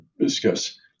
discuss